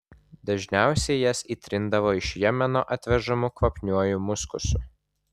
dažniausiai jas įtrindavo iš jemeno atvežamu kvapniuoju muskusu